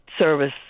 service